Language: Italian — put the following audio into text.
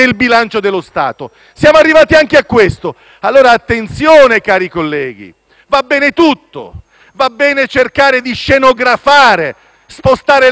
va bene tutto, va bene cercare di scenografare, spostare l'asse delle attenzioni, fare in modo che l'agenda del lavoro del Parlamento faccia spettacolo